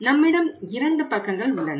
நம்மிடம் இரண்டு பக்கங்கள் உள்ளன